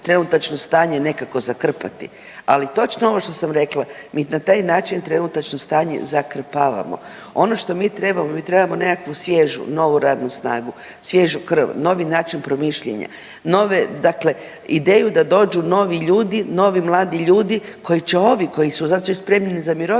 trenutačno stanje nekako zakrpati. Ali točno ovo što sam rekla, mi na taj način trenutačno stanje zakrpavamo. Ono što mi trebamo, mi trebamo nekakvu svježu, novu radnu snagu, svježu krv, novi način promišljanja, nove dakle ideju da dođu novi ljudi, novi mladi ljudi koji će ovi koji su, sad su ih spremili za mirovinu